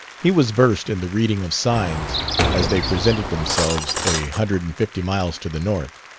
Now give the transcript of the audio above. he was versed in the reading of signs as they presented themselves a hundred and fifty miles to the north,